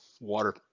water